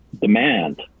demand